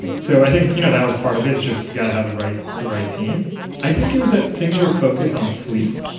and so i think you know that was part of it is just you gotta have the right the right team i think it was that singular focus on sleep.